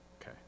Okay